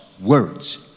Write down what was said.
words